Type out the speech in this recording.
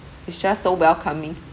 it's just so welcoming